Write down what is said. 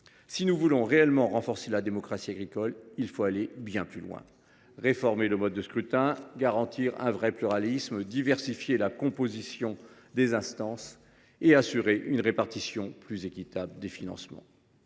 Si nous voulons réellement renforcer la démocratie agricole, il faut aller bien plus loin : réformer le mode de scrutin, garantir un véritable pluralisme, diversifier la composition des instances et assurer une répartition plus équitable des financements.